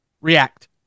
React